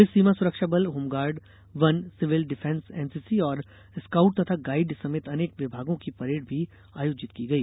police सीमा सुरक्षा बल होमगॉर्ड वन सिविल डिफेंस एनसीसी और स्काउंट तथा गाइड समेत अनेक विभागों की परेड़ भी आयोजित की गई